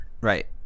right